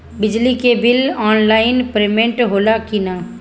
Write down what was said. बिजली के bill online payment होला कि ना?